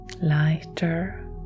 Lighter